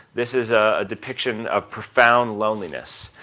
this is a depiction of profound loneliness.